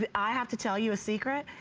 but ah have to tell you a secret.